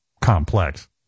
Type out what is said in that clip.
complex